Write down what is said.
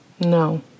No